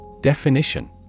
Definition